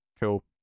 cool